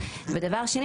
ודבר שני,